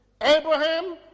Abraham